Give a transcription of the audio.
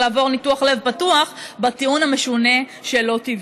לעבור ניתוח לב פתוח בטיעון המשונה של "לא טבעי".